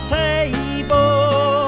table